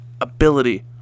ability